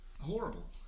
horrible